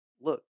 look